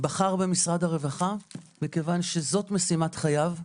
בחר במשרד הרווחה מכיוון שזאת משימת חייו.